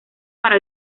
para